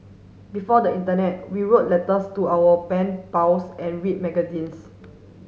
before the internet we wrote letters to our pen pals and read magazines